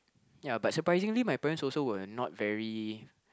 ya but surprisingly my parents also were not very